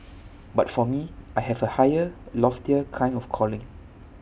but for me I have A higher loftier kind of calling